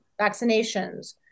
vaccinations